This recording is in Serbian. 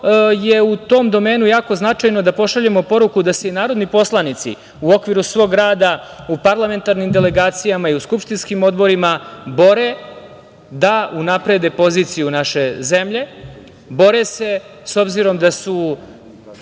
je u tom domenu jako značajno je da pošaljemo poruku da se i narodni poslanici u okviru svog rada, u parlamentarnim delegacijama i u skupštinskim odborima bore da unaprede poziciju naše zemlje, bore se s obzirom da se